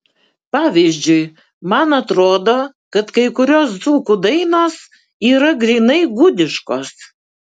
pavyzdžiui man atrodo kad kai kurios dzūkų dainos yra grynai gudiškos